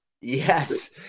Yes